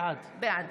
בעד